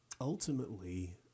ultimately